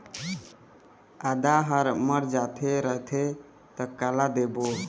आदा हर मर जाथे रथे त काला देबो?